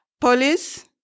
police